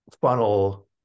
funnel